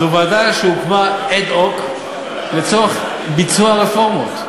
זו ועדה שהוקמה אד-הוק לצורך ביצוע רפורמות,